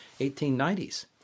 1890s